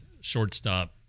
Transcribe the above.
shortstop